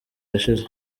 yashize